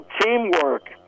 teamwork